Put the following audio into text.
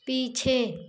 पीछे